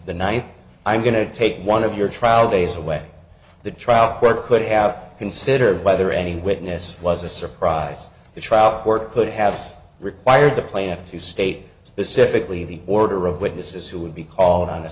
the night i'm going to take one of your trial days away the trial court could have considered whether any witness was a surprise the trial court could have required the plaintiff to state specifically the order of witnesses who would be called on a